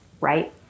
right